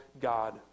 God